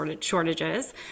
shortages